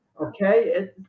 Okay